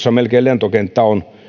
lentokenttä on melkein keskustassa